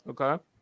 Okay